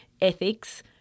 ethics